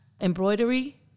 embroidery